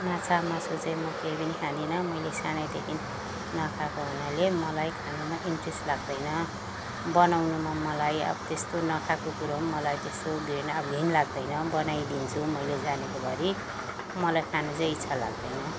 माछा मासु चाहिँ म केही पनि खाँदिनँ मैले सानैदेखि नखाएको हुनाले मलाई खानुमा इन्ट्रेस्ट लाग्दैन बनाउनुमा मलाई अब त्यस्तो नखाएको कुरो पनि मलाई त्यस्तो घृणा घिन लाग्दैन बनाइदिन्छु मैले जानेकोभरि मलाई खानु चाहिँ इच्छा लाग्दैन